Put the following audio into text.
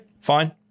fine